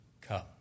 come